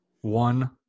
one